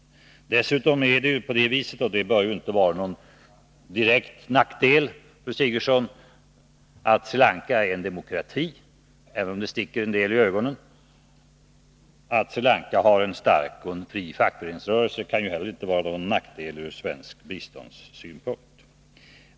Kotmale i Sri Dessutom är det så — och det bör ju inte vara någon direkt nackdel, fru I anka Sigurdsen — att Sri Lanka är en demokrati, även om det sticker en del människor i ögonen. Att Sri Lanka har en stark och fri fackföreningsrörelse kan ju heller inte vara någon nackdel ur svensk biståndssynpunkt.